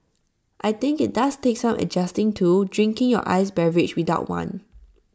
I think IT does take some adjusting to drinking your iced beverage without one